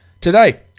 Today